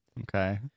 Okay